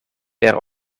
per